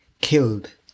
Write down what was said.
killed